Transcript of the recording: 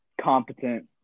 competent